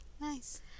Nice